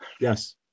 Yes